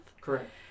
Correct